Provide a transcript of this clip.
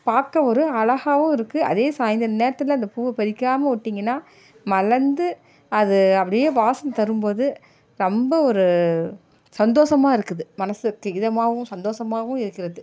பார்க்க ஒரு அழகாகவும் இருக்கு அதே சாயந்தரம் நேரத்தில் அந்த பூ பறிக்காமல் விட்டீங்கனா மலர்ந்து அது அப்படியே வாசம் தரும் போது ரொம்ப ஒரு சந்தோஷமாயிருக்குது மனசுக்கு இதமாகவும் சந்தோஷமாகவும் இருக்கிறது